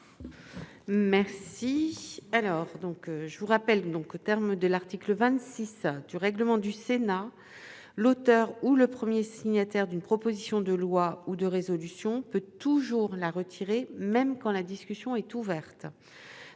collègues, je rappelle les termes de l'article 26 du règlement du Sénat :« L'auteur ou le premier signataire d'une proposition de loi ou de résolution peut toujours la retirer, même quand la discussion est ouverte.